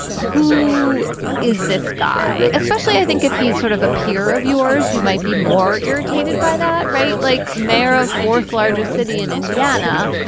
who is this guy? especially, i think if he's sort of a peer of yours, you might be more irritated by that. right. like mayor of fourth largest city in indiana,